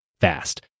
fast